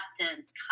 acceptance